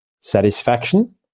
satisfaction